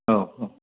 औ औ